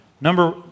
Number